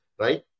right